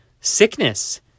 sickness